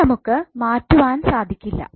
ഇനി നമുക്ക് മാറ്റുവാൻ സാധിക്കില്ല